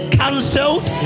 cancelled